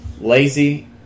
lazy